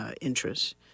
interests